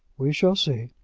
we shall see.